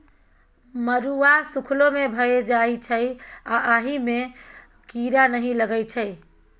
मरुआ सुखलो मे भए जाइ छै आ अहि मे कीरा नहि लगै छै